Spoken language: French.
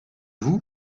vous